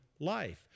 life